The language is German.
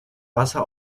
wasser